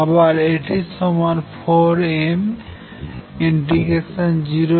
আবার এটি সমান 4m0A√dx